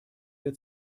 wir